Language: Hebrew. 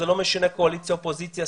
זה לא משנה קואליציה אופוזיציה,